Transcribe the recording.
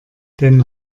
den